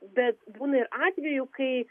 bet būna ir atvejų kai